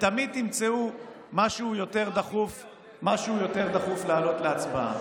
תמיד תמצאו משהו יותר דחוף להעלות להצבעה.